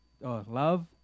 love